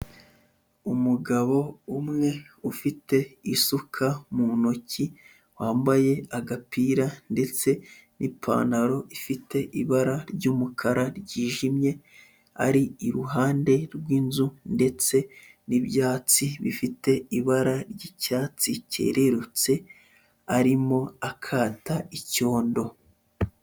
Umugabo umwe ufite isuka mu ntoki, wambaye agapira ndetse n'ipantaro ifite ibara ry'umukara ryijimye, ari iruhande rw'inzu ndetse n'ibyatsi bifite ibara ry'icyatsi cyererutse, arimo akata icyondo.